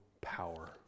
power